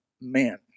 men